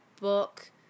book